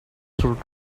through